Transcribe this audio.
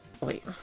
Wait